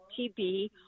TB